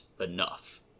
enough